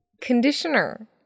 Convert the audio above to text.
conditioner